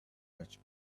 much